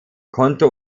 konto